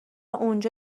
اونجا